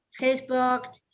Facebook